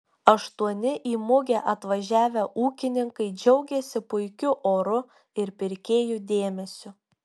aštuoni į mugę atvažiavę ūkininkai džiaugėsi puikiu oru ir pirkėjų dėmesiu